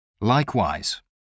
likewise